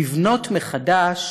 לבנות מחדש,